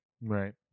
Right